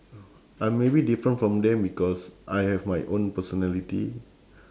I'm maybe different from them because I have my own personality